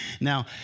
Now